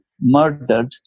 murdered